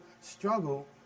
struggle